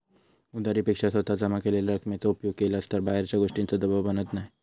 उधारी पेक्षा स्वतः जमा केलेल्या रकमेचो उपयोग केलास तर बाहेरच्या गोष्टींचों दबाव बनत नाय